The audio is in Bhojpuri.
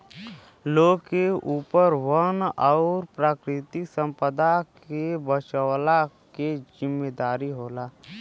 लोग के ऊपर वन और प्राकृतिक संपदा के बचवला के जिम्मेदारी होला